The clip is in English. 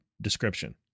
description